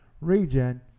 region